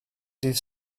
dydd